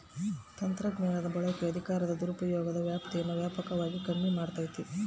ತಂತ್ರಜ್ಞಾನದ ಬಳಕೆಯು ಅಧಿಕಾರದ ದುರುಪಯೋಗದ ವ್ಯಾಪ್ತೀನಾ ವ್ಯಾಪಕವಾಗಿ ಕಮ್ಮಿ ಮಾಡ್ತತೆ